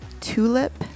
Tulip